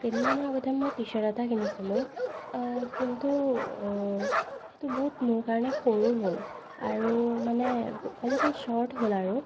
কেইদিন মানৰ আগতে মই টি চাৰ্ট এটা কিনিছিলোঁ কিন্তু সেইটো বহুত মোৰ কাৰণে সৰু হ'ল আৰু মানে অলপমান চৰ্ট হ'ল আৰু